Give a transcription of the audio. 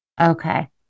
Okay